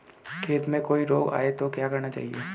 खेत में कोई रोग आये तो क्या करना चाहिए?